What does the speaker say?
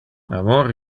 amor